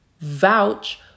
vouch